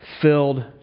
filled